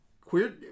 Queer